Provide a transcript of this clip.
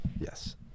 Yes